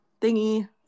thingy